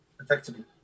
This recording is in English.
Effectively